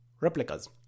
replicas